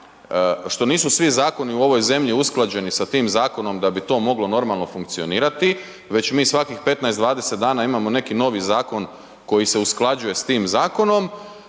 što nisu svi zakonu u ovoj zemlji usklađeni sa tim zakonom da bi to moglo normalno funkcionirati, već mi svakih 15, 20 dana imamo neki novi zakon koji se usklađuje sa tim zakonom,